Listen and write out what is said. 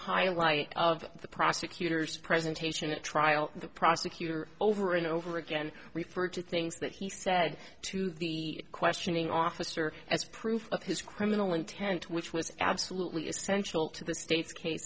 highlight of the prosecutor's presentation at trial the prosecutor over and over again referred to things that he said to the questioning officer as proof of his criminal intent which was absolutely essential to the state's case